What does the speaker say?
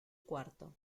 cuarto